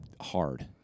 hard